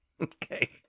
Okay